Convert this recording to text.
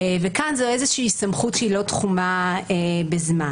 וכאן זו איזושהי סמכות שהיא לא תחומה בזמן.